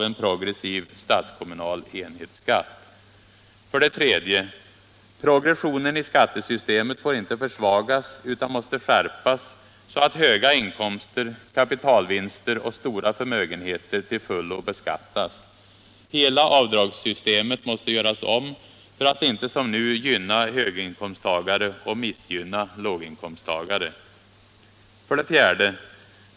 En progressiv statskommunal enhetsskatt måste införas. 3. Progressionen i skattesystemet får inte försvagas, utan måste skärpas så att höga inkomster, kapitalvinster och stora förmögenheter till fullo beskattas. Hela avdragssystemet måste göras om för att inte som nu gynna höginkomsttagare och missgynna låginkomsttagare. 4.